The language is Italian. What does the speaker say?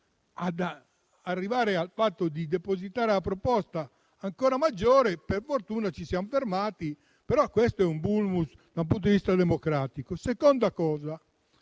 ma arrivare a depositare la proposta lo è ancora di più. Per fortuna ci siamo fermati, però questo è un *vulnus* dal punto di vista democratico. Seconda cosa: